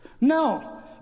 no